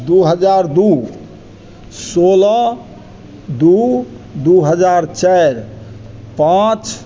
दू हजार दू सोलह दू दू हजार चारि पाँच